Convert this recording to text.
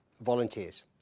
volunteers